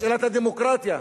בשאלת הדמוקרטיה,